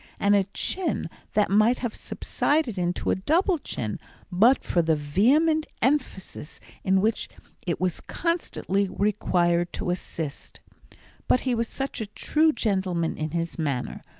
and a chin that might have subsided into a double chin but for the vehement emphasis in which it was constantly required to assist but he was such a true gentleman in his manner,